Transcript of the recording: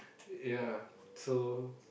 yea so